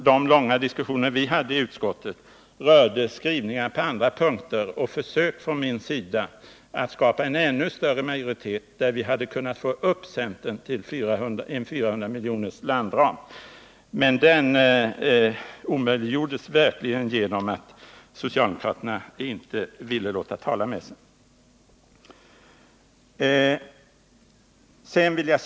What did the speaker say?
De långa diskussioner som vi hade i utskottet beträffande Vietnam rörde skrivningarna på andra punkter, och jag gjorde ett försök att skapa en ännu större majoritet genom att få upp centern till en landram på 400 miljoner. Men det omöjliggjordes genom att socialdemokraterna inte ville låta tala med sig.